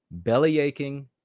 bellyaching